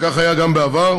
וכך היה גם בעבר,